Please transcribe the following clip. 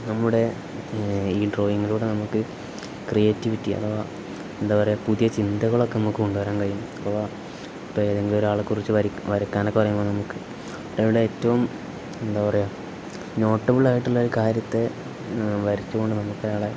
നമ്മുടെ ഈ ഡ്രോയിങ്ങിലൂടെ നമുക്ക് ക്രിയേറ്റിവിറ്റി അഥവാ എന്താ പറയുക പുതിയ ചിന്തകളൊക്കെ നമുക്ക് കൊണ്ടു വരാൻ കഴിയും അഥവാ ഇപ്പം ഏതെങ്കിലും ഒരാളെക്കുറിച്ച് വരയ്ക്ക് വരയ്ക്കാൻ ഒക്കെ പറയുമ്പോൾ നമുക്ക് അവിടെ ഏറ്റവും എന്താ പറയുക നോട്ടബിൾ ആയിട്ടുള്ള ഒരു കാര്യത്തെ വരച്ച് കൊണ്ട് നമുക്ക് അയാളെ